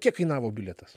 kiek kainavo bilietas